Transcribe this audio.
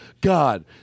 god